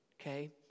Okay